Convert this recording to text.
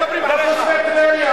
לעדה האתיופית שלך.